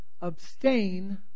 Abstain